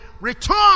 return